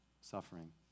suffering